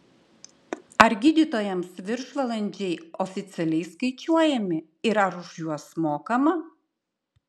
ar gydytojams viršvalandžiai oficialiai skaičiuojami ir ar už juos mokama